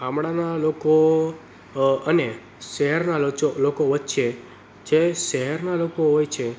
ગામડાના લોકો અને શહેરના એ લોકો વચ્ચે જે શહેરના લોકો હોય છે